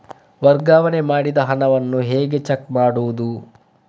ವರ್ಗಾವಣೆ ಮಾಡಿದ ಹಣವನ್ನು ಹೇಗೆ ಚೆಕ್ ಮಾಡುವುದು?